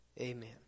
amen